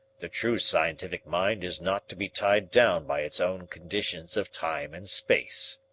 the true scientific mind is not to be tied down by its own conditions of time and space.